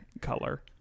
color